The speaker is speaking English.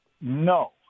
No